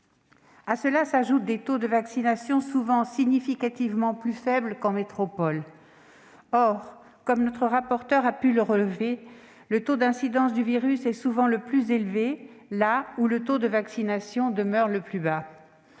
À cela s'ajoutent des taux de vaccination souvent significativement plus faibles qu'en métropole. Or, comme notre rapporteur l'a relevé, le taux d'incidence du virus est souvent le plus élevé là où le taux de vaccination est le plus bas.